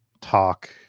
talk